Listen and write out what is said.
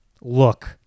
look